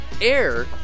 air